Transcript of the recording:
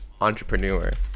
entrepreneur